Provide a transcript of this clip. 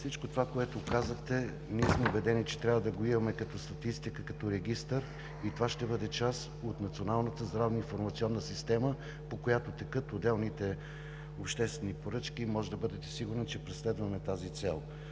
Всичко това, което казахте, ние сме убедени, че трябва да го имаме като статистика и като регистър и това ще бъде част от Националната здравна информационна система, по която текат отделните обществени поръчки. Можете да бъдете сигурни, че преследваме тази цел.